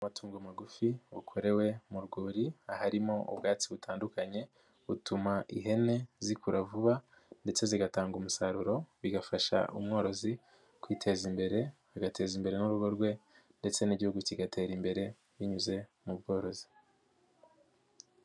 Amatungo magufi bukorewe mu rwuri, aharimo ubwatsi butandukanye, butuma ihene zikura vuba ndetse zigatanga umusaruro, bigafasha umworozi, kwiteza imbere, bigateza imbere n'urugo rwe ndetse n'igihugu kigatera imbere, binyuze mu bworozi.